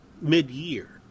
mid-year